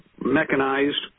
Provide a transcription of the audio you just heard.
mechanized